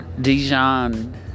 Dijon